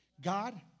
God